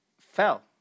fell